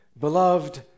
beloved